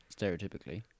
stereotypically